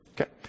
Okay